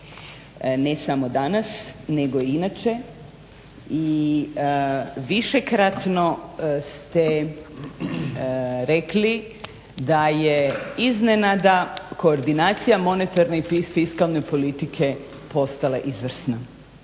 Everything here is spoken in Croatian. ne samo danas nego i inače i višekratno ste rekli da je iznenada koordinacija monetarne i fiskalne politike postala izvrsna